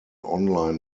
online